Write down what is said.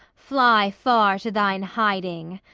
fly far to thine hiding,